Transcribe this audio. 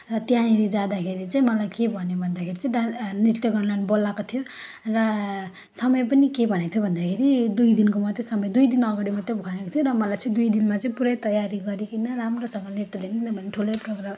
र त्यहाँनेर जाँदाखेरि चाहिँ मलाई के भन्यो भन्दाखेरि चाहिँ डा नृत्य गर्न बोलाएको थियो र समय पनि के भनेको थियो भन्दाखेरि दुई दिनको मात्रै समय दुई दिन अगाडि मात्रै भनेको थियो र मलाई चाहिँ दुई दिनमा चाहिँ पुरै तयारी गरीकन राम्रोसँगले नृत्य ठुलै प्रोग्राम